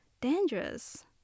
dangerous